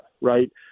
Right